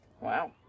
wow